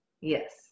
Yes